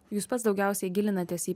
jūs pats daugiausiai gilinatės į